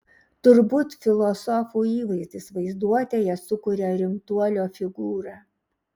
turbūt filosofų įvaizdis vaizduotėje sukuria rimtuolio figūrą